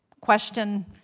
question